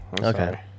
Okay